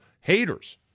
haters